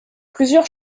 plusieurs